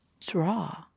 draw